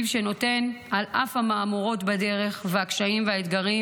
על אף המהמורות בדרך והקשיים והאתגרים,